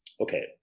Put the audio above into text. Okay